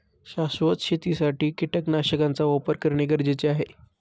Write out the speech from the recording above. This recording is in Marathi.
शाश्वत शेतीसाठी कीटकनाशकांचा वापर करणे गरजेचे आहे